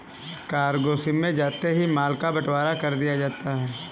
cargo ship में जाते ही माल का बंटवारा कर दिया जाता है